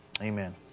amen